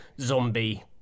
zombie